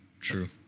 True